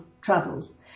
troubles